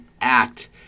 act